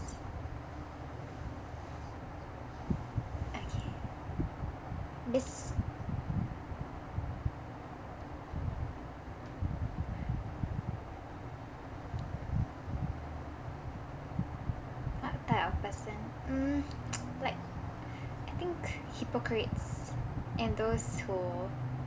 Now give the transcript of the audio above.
okay thi~ what type of person mm like I think hypocrites and those who